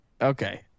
Okay